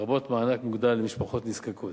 לרבות מענק מוגדל למשפחות נזקקות.